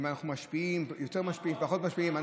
אם אנחנו יותר משפיעים או פחות משפיעים.